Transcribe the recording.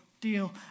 deal